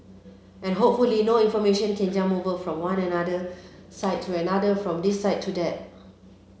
and hopefully no information can jump over from one another side to another from this side to that